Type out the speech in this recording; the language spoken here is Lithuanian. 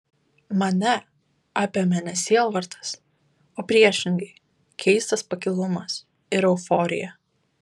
mane apėmė ne sielvartas o priešingai keistas pakilumas ir euforija